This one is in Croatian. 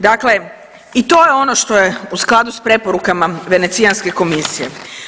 Dakle i to je ono što je u skladu s preporukama Venecijanske komisije.